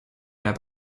their